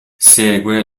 segue